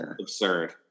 absurd